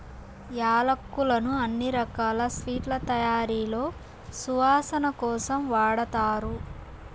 యాలక్కులను అన్ని రకాల స్వీట్ల తయారీలో సువాసన కోసం వాడతారు